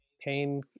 Pain